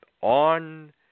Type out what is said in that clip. on